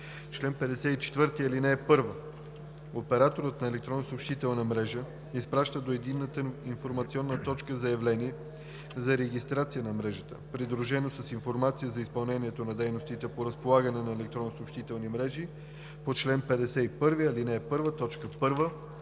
„Чл. 54. (1) Операторът на електронна съобщителна мрежа изпраща до Единната информационна точка заявление за регистрация на мрежата, придружено с информация за изпълнението на дейностите по разполагане на електронни съобщителни мрежи по чл. 51, ал. 1, т. 1,